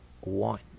one